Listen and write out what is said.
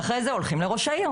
אחרי זה הולכים לראש העיר.